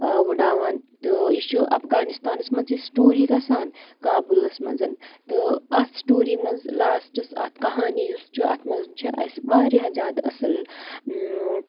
ٲں وُڈاوان تہٕ یہِ چھُ اَفغانِستانَس منٛز یہِ سِٹُورِی گژھان کابُلَس منٛز تہٕ اَتھ سِٹُورِی منٛز لاسٹَس اَتھ کَہانِی یُس چھِ اَتھ منٛز چھِ اَسہِ واریاہ زِیادٕ اَصٕل ٲم